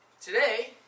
Today